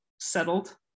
settled